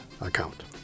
account